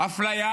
אפליה